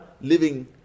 living